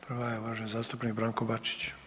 Prva je uvaženi zastupnik Branko Bačić.